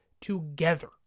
together